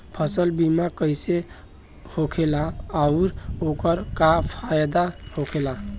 फसल बीमा कइसे होखेला आऊर ओकर का फाइदा होखेला?